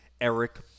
Eric